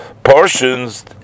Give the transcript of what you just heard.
Portions